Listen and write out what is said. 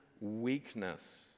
weakness